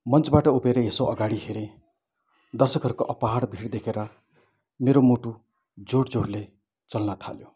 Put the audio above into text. मन्चबाट उभिएर यसो अगाडि हेरेँ दर्शकहरूको अपार भिड देखेर मेरो मुटु जोड जोडले चल्न थाल्यो